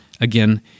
Again